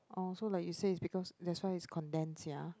oh so like you say because that's why is condense sia